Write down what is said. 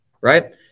right